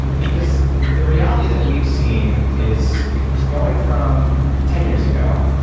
because the reality that we've seen is going from ten years ago,